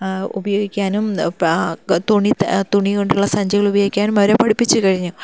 ഉപയോഗിക്കാനും തുണി തുണി കൊണ്ടുള്ള സഞ്ചികൾ ഉപയോഗിക്കാനും അവരെ പഠിപ്പിച്ചു കഴിഞ്ഞു